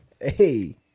Hey